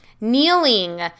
kneeling